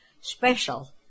special